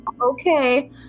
okay